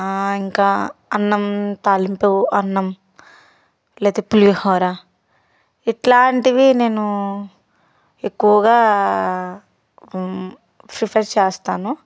ఇంకా అన్నం తాలింపు అన్నం లేదా పులిహోర ఇట్లాంటివి నేను ఎక్కువగా ప్రిఫర్ చేస్తాను